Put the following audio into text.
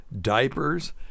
diapers